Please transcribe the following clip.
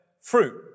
fruit